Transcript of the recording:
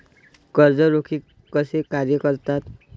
कर्ज रोखे कसे कार्य करतात?